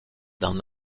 d’un